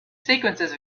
sequences